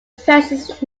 precise